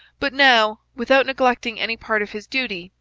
but now, without neglecting any part of his duty,